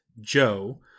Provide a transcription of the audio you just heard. Joe